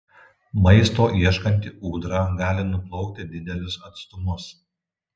maisto ieškanti ūdra gali nuplaukti didelius atstumus